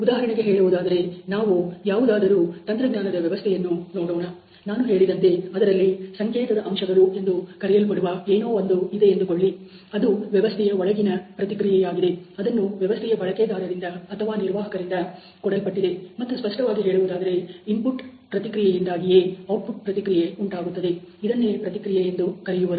ಉದಾಹರಣೆಗೆ ಹೇಳುವುದಾದರೆ ನಾವು ಯಾವುದಾದರೂ ತಂತ್ರಜ್ಞಾನದ ವ್ಯವಸ್ಥೆಯನ್ನು ನೋಡೋಣ ನಾನು ಹೇಳಿದಂತೆ ಅದರಲ್ಲಿ ಸಂಕೇತದ ಅಂಶಗಳು ಎಂದು ಕರೆಯಲ್ಪಡುವ ಏನೋ ಒಂದು ಇದೆ ಎಂದುಕೊಳ್ಳಿ ಅದು ವ್ಯವಸ್ಥೆಯ ಒಳಗಿನ ಪ್ರತಿಕ್ರಿಯೆಯಾಗಿದೆ ಅದನ್ನು ವ್ಯವಸ್ಥೆಯ ಬಳಕೆದಾರರಿಂದ ಅಥವಾ ನಿರ್ವಾಹಕರಿಂದ ಕೊಡಲ್ಪಟ್ಟಿದೆ ಮತ್ತು ಸ್ಪಷ್ಟವಾಗಿ ಹೇಳುವುದಾದರೆ ಇನ್ಪುಟ್ ಪ್ರತಿಕ್ರಿಯೆಯಿಂದಾಗಿಯೇ ಔಟ್ಪುಟ್ ಪ್ರತಿಕ್ರಿಯೆ ಉಂಟಾಗುತ್ತದೆ ಇದನ್ನೇ ಪ್ರತಿಕ್ರಿಯೆ ಎಂದು ಕರೆಯುವರು